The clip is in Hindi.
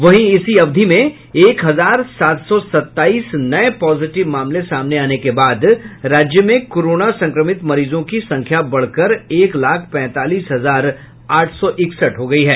वहीं इसी कार्यकाल में एक हजार सात सौ सत्ताईस नए पॉजिटिव मामले सामने आने के बाद राज्य में कोरोना संक्रमित मरीजों की संख्या बढ़कर एक लाख पैंतालीस हजार आठ सौ इकसठ हो गई है